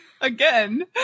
again